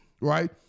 right